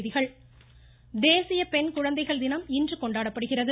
தேசிய பெண் குழந்தைகள்தினம் தேசிய பெண் குழந்தைகள் தினம் இன்று கொண்டாடப்படுகிறது